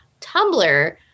Tumblr